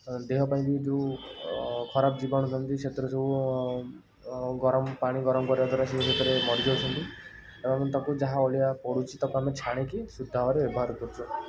ଅଁ ଦେହପାଇଁ ବି ଯେଉଁ ଖରାପ ଜୀବାଣୁ ଥାଆନ୍ତି ସେଥିରେ ସବୁ ଗରମ ପାଣି ଗରମ କରିବା ଦ୍ଵାରା ସିଏ ଭିତରେ ମରିଯାଉଛନ୍ତି ଏବଂ ତାକୁ ଯାହା ଅଳିଆ ପଡ଼ୁଛି ତାକୁ ଆମେ ଛାଣିକି ସେ ତା'ପରେ ଆମେ ବ୍ୟବହାର କରୁଛୁ